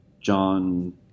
John